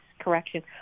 correction